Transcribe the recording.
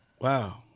Wow